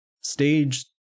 Stage